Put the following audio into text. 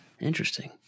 Interesting